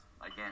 again